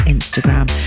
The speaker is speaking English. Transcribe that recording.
Instagram